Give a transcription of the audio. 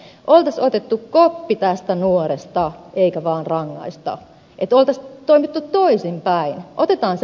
olisi otettu koppi tästä nuoresta eikä vain rangaistu olisi toimittu toisinpäin